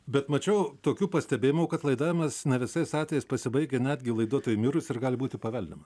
bet mačiau tokių pastebėjimų kad laidavimas ne visais atvejais pasibaigia netgi laiduotojui mirus ir gali būti paveldima